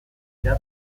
dira